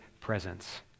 presence